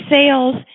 sales